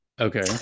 Okay